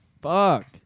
Fuck